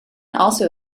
also